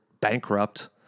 bankrupt